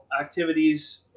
activities